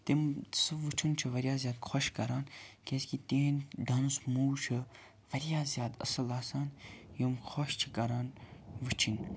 تِم سُہ وُچھُن چھُ واریاہ زیادٕ خۄش کَران کیٛازکہِ تِہٕنٛدۍ ڈانس موٗوٕز چھِ واریاہ زیادٕ اصٕل آسان یِم خۄش چھِ کَران وُچھِنۍ